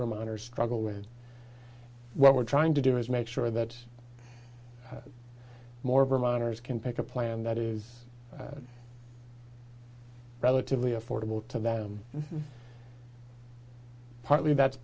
vermonters struggle with what we're trying to do is make sure that more vermonters can pick a plan that is relatively affordable to them partly that's